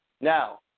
Now